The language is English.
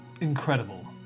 Incredible